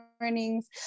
mornings